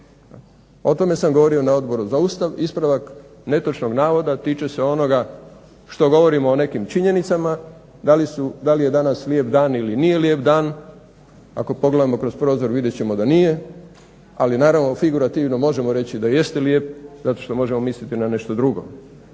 O tome sam govorio na Odboru za Ustav, ispravak netočnog navoda tiče se onoga što govorimo o nekim činjenicama da li je danas lijep dan ili nije lijep dan, ako pogledamo kroz prozor vidjet ćemo da nije, ali naravno figurativno možemo reći da jeste lijep zato što možemo misliti na nešto drugo.